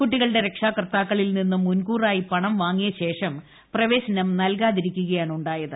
കുട്ടികളുടെ രക്ഷകർത്താക്കളിൽ നിന്നും മുൻകൂറായി പണം വാങ്ങിയശേഷം പ്രവേശനം നൽകാതിരിക്കുകയാണുണ്ടായത്